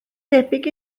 debyg